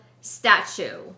statue